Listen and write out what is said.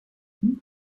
one